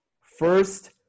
first